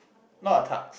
not a tux